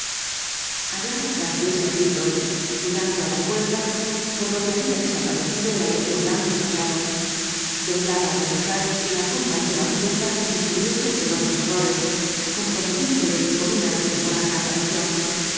hablaba en francés y á gritos mirando á la puerta por donde había desaparecido el aleteo blanco y rosado temblaba al pensar que la compañera oculta incurriese en celosos errores comprometiéndole con una extemporánea aparición